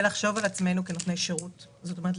זאת אומרת,